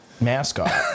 mascot